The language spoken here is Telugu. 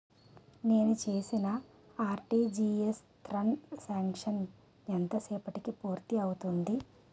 నేను చేసిన ఆర్.టి.జి.ఎస్ త్రణ్ సాంక్షన్ ఎంత సేపటికి పూర్తి అవుతుంది?